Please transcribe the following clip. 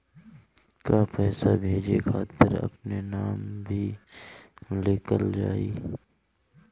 का पैसा भेजे खातिर अपने नाम भी लिकल जाइ?